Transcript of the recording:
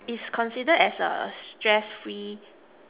is considered as a stress free